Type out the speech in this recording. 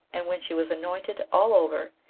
and when she was anointed all over,